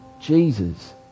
Jesus